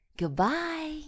Goodbye